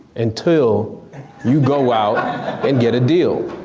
until you go out and get a deal.